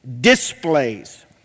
displays